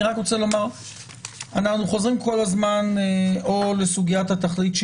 אנחנו חוזרים כל הזמן לסוגיית התכלית,